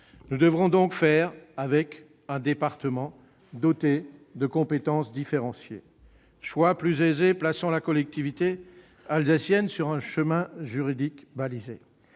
Nous devrons donc faire avec un « département doté de compétences différenciées », choix plus aisé, plaçant la collectivité alsacienne sur un chemin juridique balisé.